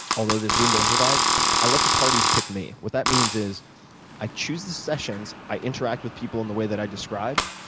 although there's room to improvise i let the parties pick me. what that means is i choose the sessions. i interact with people in the way that i described,